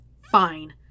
Fine